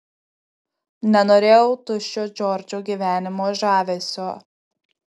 nenorėjau tuščio džordžo gyvenimo žavesio